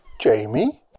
Jamie